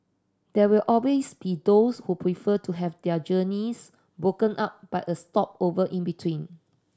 there will always be those who prefer to have their journeys broken up by a stopover in between